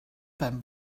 ben